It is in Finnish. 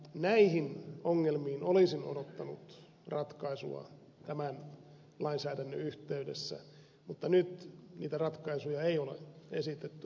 näihin ongelmiin olisin odottanut ratkaisua tämän lainsäädännön yhteydessä mutta nyt niitä ratkaisuja ei ole esitetty